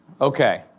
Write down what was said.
Okay